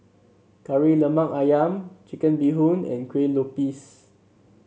Kari Lemak ayam Chicken Bee Hoon and Kuih Lopes